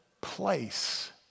place